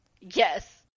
yes